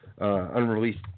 unreleased